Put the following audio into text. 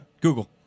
Google